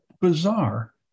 bizarre